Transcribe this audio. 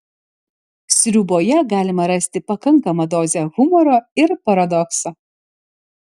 sriuboje galima rasti pakankamą dozę humoro ir paradokso